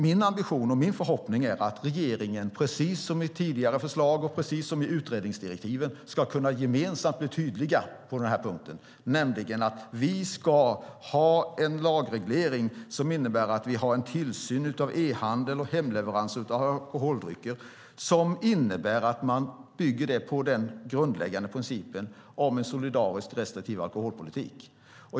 Min ambition och förhoppning är att regeringen precis som i tidigare förslag och i utredningsdirektiven ska kunna gemensamt bli tydliga på den här punkten. Vi ska ha en lagreglering som innebär att vi har en tillsyn av e-handel och hemleveranser av alkoholdrycker som bygger på den grundläggande principen om en solidarisk restriktiv alkoholpolitik.